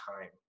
time